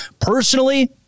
Personally